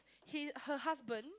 he her husband